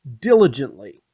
diligently